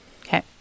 Okay